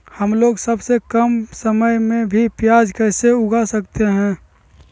हमलोग सबसे कम समय में भी प्याज कैसे उगा सकते हैं?